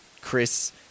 Chris